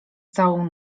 całą